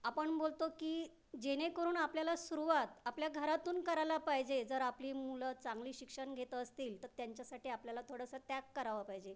आपण बोलतो की जेणेकरून आपल्याला सुरुवात आपल्या घरातून करायला पाहिजे जर आपली मुलं चांगली शिक्षण घेत असतील तर त्यांच्यासाठी आपल्याला थोडंसं त्याग करायला पाहिजे